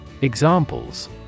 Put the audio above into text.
Examples